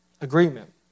agreement